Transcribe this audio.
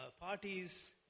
parties